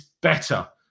better